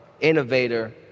innovator